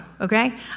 okay